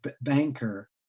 banker